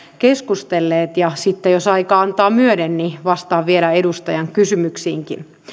keskustelleet ja sitten jos aika antaa myöden vastaan vielä edustajan kysymyksiin